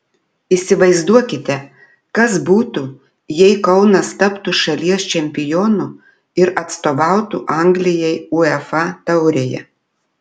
įsivaizduokite kas būtų jei kaunas taptų šalies čempionu ir atstovautų anglijai uefa taurėje